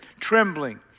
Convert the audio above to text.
trembling